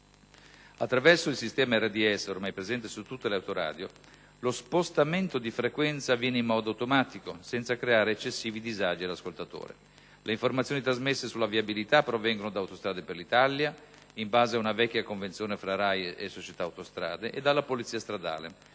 Attraverso il sistema RDS, ormai presente su tutte le autoradio, lo spostamento di frequenza avviene in modo automatico senza creare eccessivi disagi all'ascoltatore. Le informazioni trasmesse sulla viabilità provengono da Autostrade per l'Italia (in base ad una vecchia convenzione tra la RAI e la società Autostrade) e dalla Polizia stradale,